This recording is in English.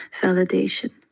validation